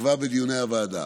נקבע בדיוני הוועדה